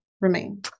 remain